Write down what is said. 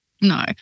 No